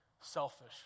selfish